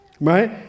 right